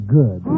good